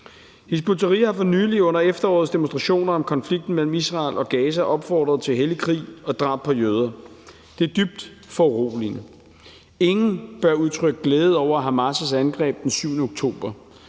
Hizb ut-Tahrir har for nylig under efterårets demonstrationer i forbindelse med konflikten mellem Israel og Gaza opfordret til hellig krig og drab på jøder. Det er dybt foruroligende. Ingen bør udtrykke glæde over Hamas' angreb den 7. oktober,